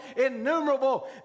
innumerable